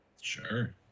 Sure